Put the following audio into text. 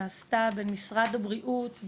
שנעשתה במשרד הבריאות,